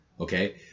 Okay